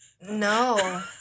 no